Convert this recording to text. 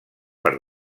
per